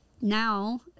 now